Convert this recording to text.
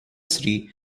sri